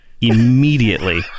immediately